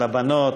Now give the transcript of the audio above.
לבנות,